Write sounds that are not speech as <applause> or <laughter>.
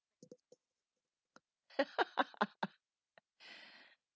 <laughs> <breath>